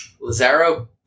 Lazaro